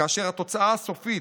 כאשר התוצאה הסופית,